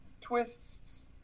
twists